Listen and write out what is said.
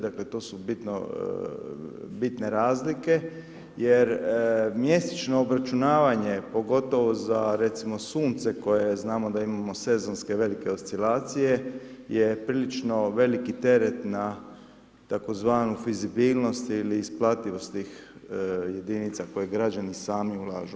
Dakle to su bitne razlike, jer mjesečno obračunavanje pogotovo za recimo sunce koje znamo da imamo sezonske velike oscilacije je prilično veliki teret na tzv. fizibilnost ili isplativost tih jedinica koje građani sami ulažu.